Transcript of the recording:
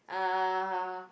uh